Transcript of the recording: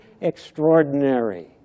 extraordinary